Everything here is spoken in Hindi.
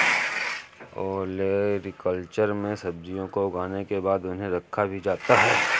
ओलेरीकल्चर में सब्जियों को उगाने के बाद उन्हें रखा भी जाता है